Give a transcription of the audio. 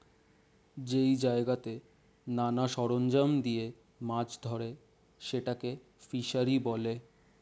যেই জায়গাতে নানা সরঞ্জাম দিয়ে মাছ ধরে সেটাকে ফিসারী বলে